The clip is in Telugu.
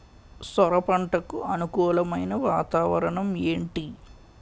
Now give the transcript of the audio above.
సొర పంటకు అనుకూలమైన వాతావరణం ఏంటి?